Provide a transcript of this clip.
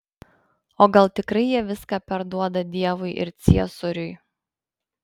o gal tikrai jie viską perduoda dievui ir ciesoriui